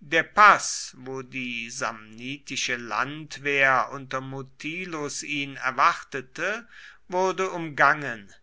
der paß wo die samnitische landwehr unter mutilus ihn erwartete wurde umgangen